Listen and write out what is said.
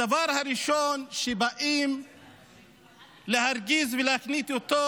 הדבר הראשון שבאים להרגיז ולהקניט אותו,